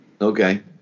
Okay